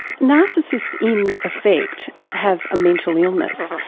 narcissists, in effect, have a mental illness,